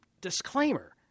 disclaimer